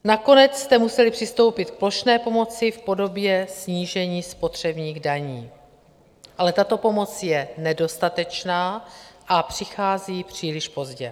Nakonec jste museli přistoupit k plošné pomoci v podobě snížení spotřebních daní, ale tato pomoc je nedostatečná a přichází příliš pozdě.